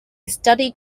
studied